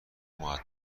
مودب